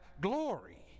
glory